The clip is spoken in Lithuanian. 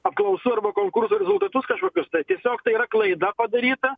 apklausų arba konkursų rezultatus kažkokius tai tiesiog tai yra klaida padaryta